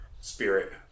spirit